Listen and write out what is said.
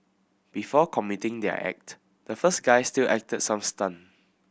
before committing their act the first guy still acted some stunt